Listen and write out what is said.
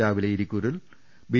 രാവിലെ ഇരിക്കൂറിൽ ബി